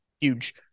Huge